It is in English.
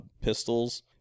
pistols